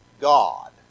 God